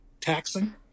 taxing